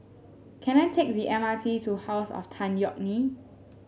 can I take the M R T to House of Tan Yeok Nee